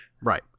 Right